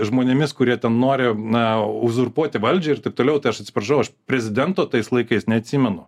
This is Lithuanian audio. žmonėmis kurie ten nori na uzurpuoti valdžią ir taip toliau tai aš atsiprašau aš prezidento tais laikais neatsimenu